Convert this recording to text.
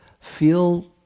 feel